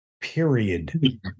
period